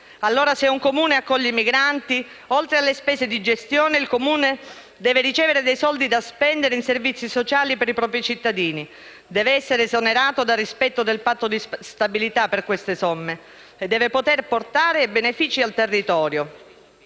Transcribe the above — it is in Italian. Se un Comune accoglie i migranti, oltre alle spese di gestione, deve ricevere dei soldi da spendere in servizi sociali per i propri cittadini, deve essere esonerato dal rispetto del Patto di stabilità per quelle somme e deve poter portare dei benefici per il territorio.